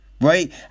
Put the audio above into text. right